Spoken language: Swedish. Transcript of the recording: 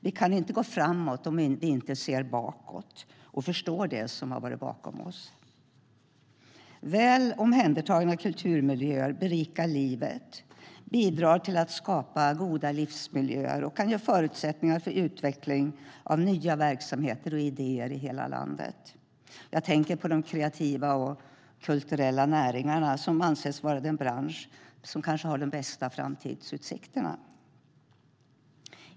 Vi kan inte gå framåt om vi inte ser bakåt och förstår det som har varit bakom oss. Väl omhändertagna kulturmiljöer berikar livet, bidrar till att skapa goda livsmiljöer och kan ge förutsättningar för utveckling av nya verksamheter och idéer i hela landet. Jag tänker på de kreativa och kulturella näringarna, som anses vara den bransch som kanske har de bästa framtidsutsikterna.